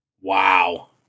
Wow